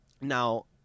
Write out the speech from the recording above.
Now